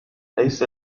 ليس